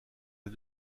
les